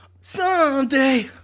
Someday